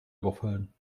überfallen